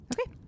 Okay